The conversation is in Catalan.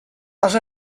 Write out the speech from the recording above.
els